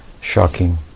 shocking